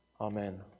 Amen